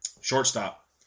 Shortstop